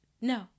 no